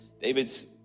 David's